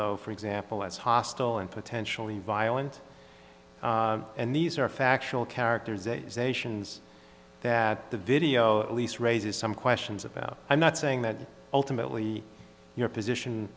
though for example as hostile and potentially violent and these are factual characterizations that the video at least raises some questions about i'm not saying that ultimately your position